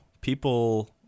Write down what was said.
people